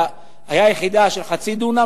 היתה יחידה של חצי דונם,